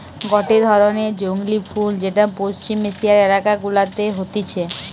গটে ধরণের জংলী ফুল যেটা পশ্চিম এশিয়ার এলাকা গুলাতে হতিছে